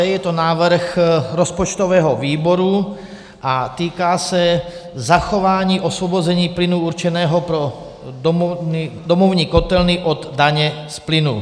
Je to návrh rozpočtového výboru a týká se zachování osvobození plynu určeného pro domovní kotelny od daně z plynu.